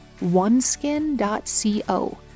oneskin.co